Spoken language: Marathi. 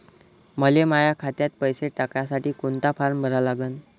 मले माह्या खात्यात पैसे टाकासाठी कोंता फारम भरा लागन?